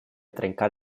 trencar